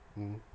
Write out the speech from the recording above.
mmhmm